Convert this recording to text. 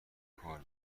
کار